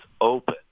open